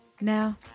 Now